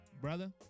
Brother